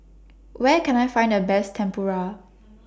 Where Can I Find The Best Tempura